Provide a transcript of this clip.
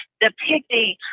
depicting